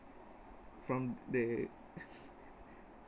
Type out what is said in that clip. from the